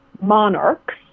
monarchs